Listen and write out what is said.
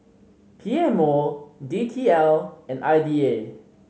P M O D T L and I D A